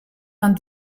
vingt